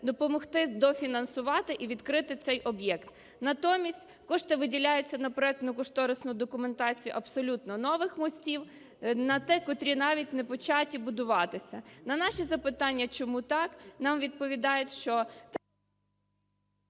допомогти дофінансувати і відкрити цей об'єкт. Натомість кошти виділяються на проектно-кошторисну документацію абсолютно нових мостів, котрі навіть не початі будуватися. На наше запитання: чому так? – нам відповідають, що…